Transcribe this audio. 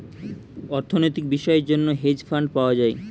অর্থনৈতিক বিষয়ের জন্য হেজ ফান্ড পাওয়া যায়